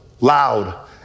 loud